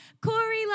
Corey